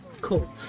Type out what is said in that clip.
Cool